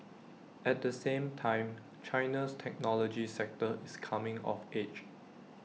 at the same time China's technology sector is coming of age